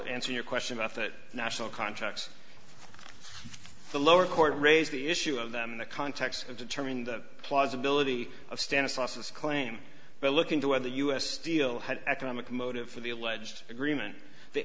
answer your question about that national contracts the lower court raised the issue of them in the context of determining the plausibility of stanislaus this claim by look into whether u s steel had economic motive for the alleged agreement the